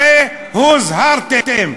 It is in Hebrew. הרי הוזהרתם.